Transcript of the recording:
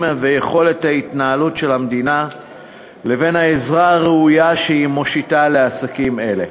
ויכולת ההתנהלות של המדינה לבין העזרה הראויה שהיא מושיטה לעסקים אלה.